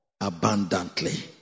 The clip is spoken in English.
abundantly